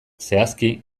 zehazki